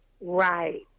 Right